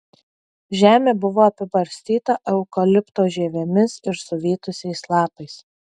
žemė buvo apibarstyta eukalipto žievėmis ir suvytusiais lapais